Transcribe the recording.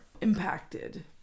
impacted